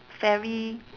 ferry